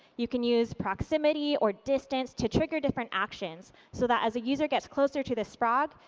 you can use proximity or distance to trigger different actions so that as a user gets closer to the sprog,